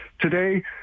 today